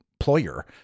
employer